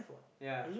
ya